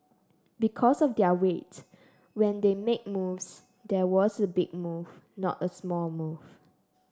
because of their weight when they make moves there was a big move not a small move